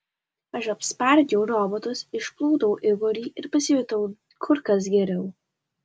aš apspardžiau robotus išplūdau igorį ir pasijutau kur kas geriau